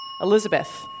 Elizabeth